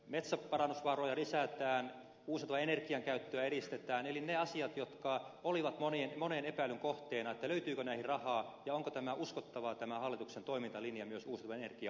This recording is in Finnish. metsäparannusvaroja lisätään uusiutuvan energian käyttöä edistetään eli ne asiat jotka olivat monen epäilyn kohteena löytyykö näihin rahaa ja onko tämä hallituksen toimintalinja uskottavaa myös uusiutuvan energian osalta